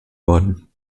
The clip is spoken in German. worden